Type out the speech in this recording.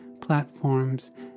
platforms